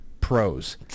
pros